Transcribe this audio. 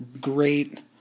great